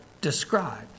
described